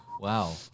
Wow